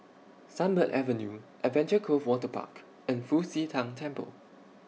Sunbird Avenue Adventure Cove Waterpark and Fu Xi Tang Temple